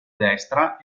destra